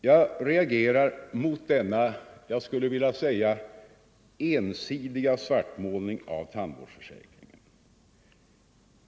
Jag reagerar mot denna ensidiga svartmålning av tandvårdsförsäkringen.